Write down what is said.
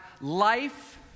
life